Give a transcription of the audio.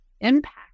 impact